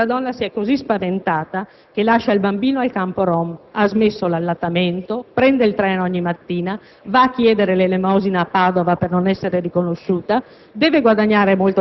Quella donna si è così spaventata che lascia il bambino al campo *rom*, ha smesso l'allattamento, prende il treno ogni mattina, va a chiedere l'elemosina a Padova per non essere riconosciuta,